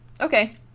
okay